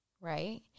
right